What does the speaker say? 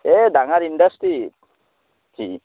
এই ডাঙাৰ ইণ্ডাষ্ট্ৰ্ৰী সি